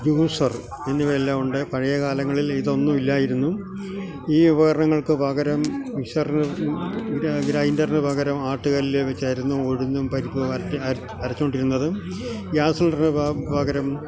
juicer എന്നിവയെല്ലാം ഉണ്ട് പഴയ കാലങ്ങളില് ഇതൊന്നും ഇല്ലായിരുന്നു ഈ ഉപകരണങ്ങള്ക്ക് പകരം മിക്സര്ന് ഗ്രൈൻ്റര്ന്ന് പകരം ആട്ട്കല്ല് വെച്ചായിരുന്നു ഉഴുന്നും പരിപ്പും അരറ്റി അരച്ച് അരച്ചോണ്ടിരിന്നതും ഗ്യാസ് സിലിണ്ടര്ന്ന് പകരം